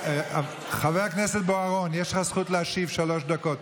חבר הכנסת בוארון, יש לך זכות להשיב שלוש דקות.